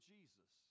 Jesus